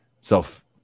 self